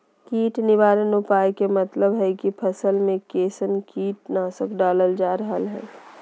कीट निवारक उपाय के मतलव हई की फसल में कैसन कीट नाशक डालल जा रहल हई